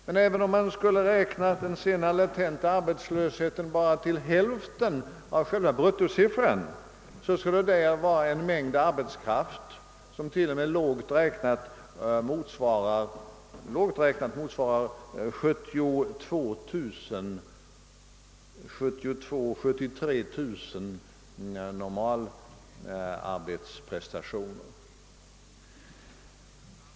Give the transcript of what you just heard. Men även om man skulle räkna den latenta arbetslösheten bara till hälften av själva bruttosiffran så skulle där finnas en mängd arbetskraft. Lågt räknat motsvarade den 72 000 å 73 000 normalarbetsprestationer.